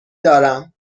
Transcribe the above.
دارم